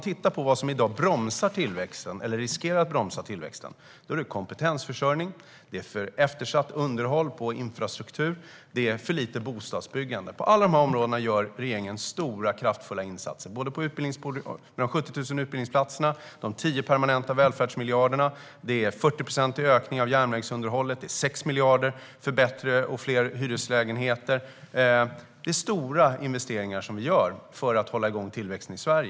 Det som bromsar eller riskerar att bromsa tillväxten är kompetensförsörjning, eftersatt underhåll av infrastruktur och för lågt bostadsbyggande. På alla dessa områden gör regeringen stora, kraftfulla insatser. Det handlar om utbildning med 70 000 utbildningsplatser. Vidare handlar det om 10 permanenta välfärdsmiljarder, en 40-procentig ökning av järnvägsunderhållet och 6 miljarder för bättre och fler hyreslägenheter. Vi gör stora investeringar för att hålla igång tillväxten i Sverige.